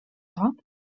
top